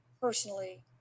personally